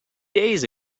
days